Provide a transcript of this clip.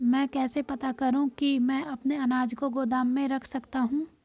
मैं कैसे पता करूँ कि मैं अपने अनाज को गोदाम में रख सकता हूँ?